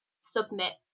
submit